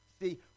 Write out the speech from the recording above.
See